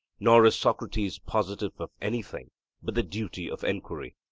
nor is socrates positive of anything but the duty of enquiry.